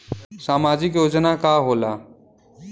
सामाजिक योजना का होला?